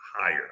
higher